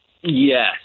Yes